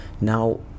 Now